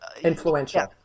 Influential